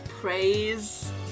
Praise